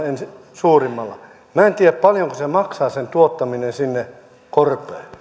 suurimmalla minä en tiedä paljonko se maksaa sen tuottaminen sinne korpeen